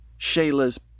Shayla's